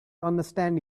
understand